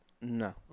No